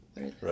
Right